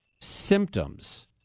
symptoms